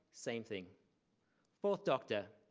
same thing fourth doctor,